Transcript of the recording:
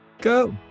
go